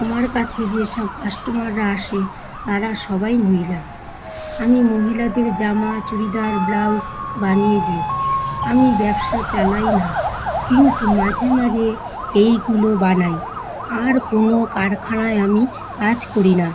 আমার কাছে যেসব কাস্টোমাররা আসে তারা সবাই মহিলা আমি মহিলাদের জামা চুড়িদার ব্লাউজ বানিয়ে দিই আমি ব্যবসা চালাই না কিন্তু মাঝে মাঝে এইগুলো বানাই আর কোনো কারখানায় আমি কাজ করি না